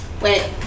Wait